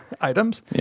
items